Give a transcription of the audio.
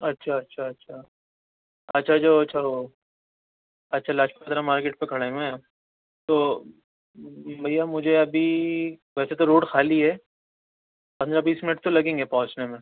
اچھا اچھا اچھا اچھا جو اچھا وہ اچھا لاجپت مارکیٹ پہ کھڑے ہوئے ہیں تو بھیا مجھے ابھی ویسے تو روڈ خالی ہے پندرہ بیس منٹ تو لگیں گے پہنچنے میں